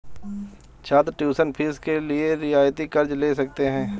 छात्र tuition fee के लिए रियायती कर्ज़ ले सकते हैं